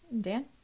Dan